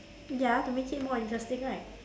ya to make it more interesting right